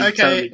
Okay